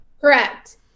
Correct